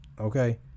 okay